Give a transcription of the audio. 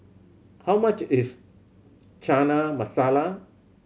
how much is Chana Masala